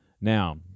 Now